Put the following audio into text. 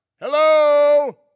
Hello